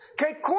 Okay